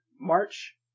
March